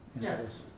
yes